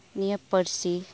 ᱱᱤᱭᱟᱹ ᱯᱟᱹᱨᱥᱤ